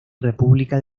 república